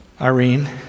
Irene